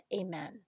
Amen